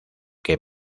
que